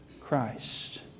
Christ